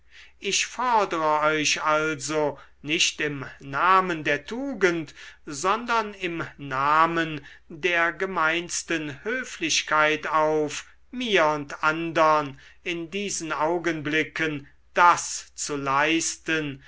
ich fordere euch also nicht im namen der tugend sondern im namen der gemeinsten höflichkeit auf mir und andern in diesen augenblicken das zu leisten